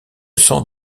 sent